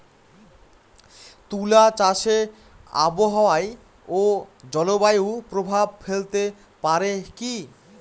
তুলা চাষে আবহাওয়া ও জলবায়ু প্রভাব ফেলতে পারে কি?